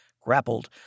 grappled